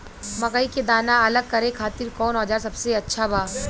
मकई के दाना अलग करे खातिर कौन औज़ार सबसे अच्छा बा?